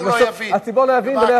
הציבור לא יבין, הציבור לא יבין ולא יסכים.